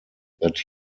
that